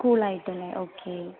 cool ആയിത്തന്നെ okay